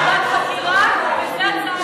זה ועדת חקירה וזה הצעה לסדר-היום.